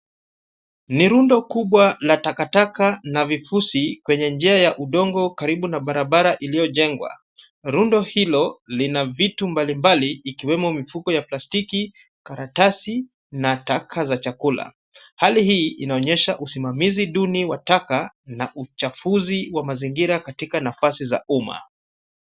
Ni rundo kubwa la takataka na vifusi kwenye njia ya udongo karibu na barabara iliyojengwa. Rundo hilo lina vitu mbalimbali ikiwemo mifuko ya plastiki, karatasi, na taka za chakula. Hali hii inaonyesha usimamizi duni wa taka na uchafuzi wa mazingira katika nafasi za umma.